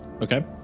okay